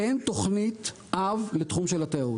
אין תוכנית אב לתחום של התיירות.